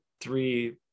three